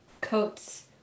coats